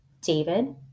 David